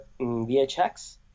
VHX